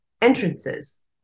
entrances